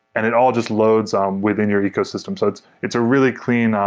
and it all just loads um within your ecosystem. so it's it's a really clean, ah